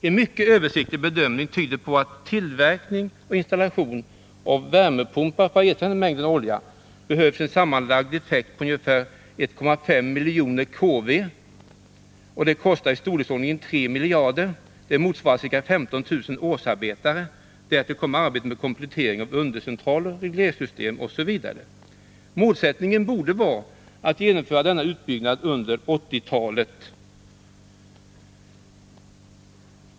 En mycket översiktlig bedömning tyder på att tillverkning och installation av värmepumpar med en sammanlagd effekt av 1,5 miljoner kW kostar i storleksordningen 3 miljarder kronor. Detta motsvarar ca 15 000 årsarbeten. Därtill kommer arbetet med komplettering av undercentraler, reglerutrustning osv. Målsättningen borde vara att genomföra denna utbyggnad under 1980 talet.